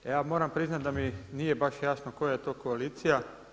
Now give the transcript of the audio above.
Ja moram priznati da mi nije baš jasno koja je to koalicija.